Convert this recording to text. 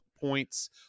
points